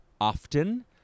often